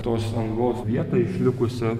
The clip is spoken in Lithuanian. tos angos vietą išlikusią